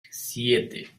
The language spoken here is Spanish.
siete